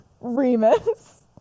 Remus